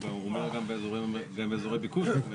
והוא אומר שגם באזורי ביקוש שהם לא תל אביב.